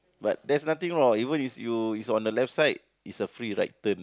but there's nothing wrong even is you it's on the left side it's a free right turn